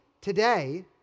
today